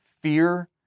fear